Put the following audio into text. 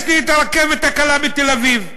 יש לי הרכבת הקלה בתל-אביב,